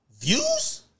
Views